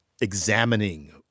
examining